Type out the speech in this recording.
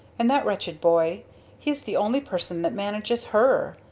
and that wretched boy he's the only person that manages her!